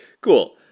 Cool